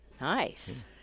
Nice